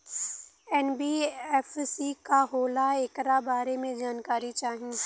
NBFC का होला ऐकरा बारे मे जानकारी चाही?